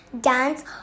Dance